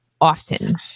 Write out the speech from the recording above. often